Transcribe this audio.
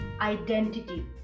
identity